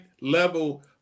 level